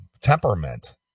temperament